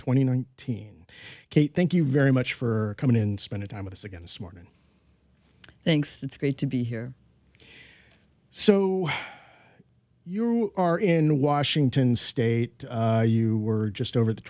twenty nine eighteen kate thank you very much for coming in spending time with us again this morning thanks it's great to be here so you're are in washington state you were just over the